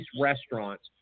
restaurants